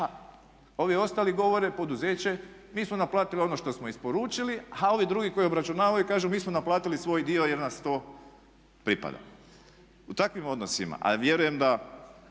a ovi ostali govore poduzeće, mi smo naplatili ono što smo isporučili, a ovi drugi koji obračunavaju kažu mi smo naplatili svoj dio jer nas to pripada. U takvim odnosima, a vjerujem da